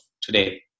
today